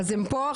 אז הם פה?